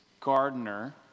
gardener